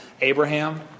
Abraham